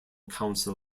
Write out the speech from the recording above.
council